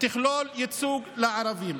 תכלול ייצוג לערבים.